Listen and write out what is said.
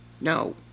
No